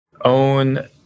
own